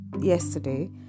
yesterday